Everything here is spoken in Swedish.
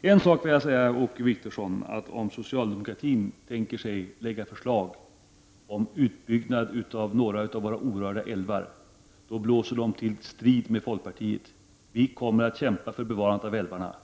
En sak vill jag säga till Åke Wictorsson: om socialdemokratin tänker sig att lägga fram förslag om utbyggnad av några av våra orörda älvar, blåser man till strid med folkpartiet. Vi kommer att kämpa för bevarandet av älvarna